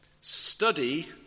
study